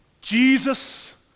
Jesus